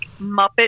Muppet